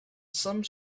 some